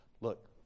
look